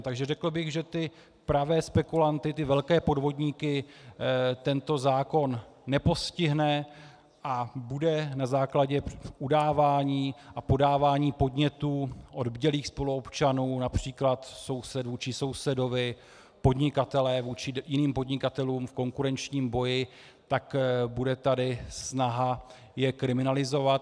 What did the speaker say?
Takže řekl bych, že ty pravé spekulanty, ty velké podvodníky, tento zákon nepostihne a bude na základě udávání a podávání podnětů od bdělých spoluobčanů, například sousedů či sousedovi, podnikatelé vůči jiným podnikatelům v konkurenčním boji, tak bude tady snaha je kriminalizovat.